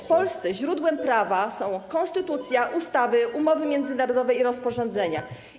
w Polsce źródłem prawa są: konstytucja, ustawy, umowy międzynarodowe i rozporządzenia.